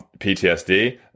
ptsd